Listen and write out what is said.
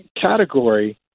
category